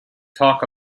talk